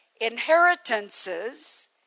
inheritances